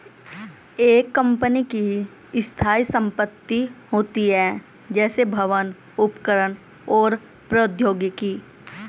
एक कंपनी की स्थायी संपत्ति होती हैं, जैसे भवन, उपकरण और प्रौद्योगिकी